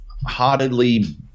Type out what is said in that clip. heartedly